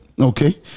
Okay